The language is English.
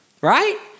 Right